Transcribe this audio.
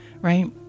right